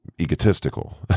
egotistical